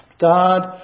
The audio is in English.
God